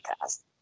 cast